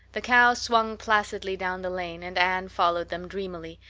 the cows swung placidly down the lane, and anne followed them dreamily,